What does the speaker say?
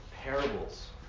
parables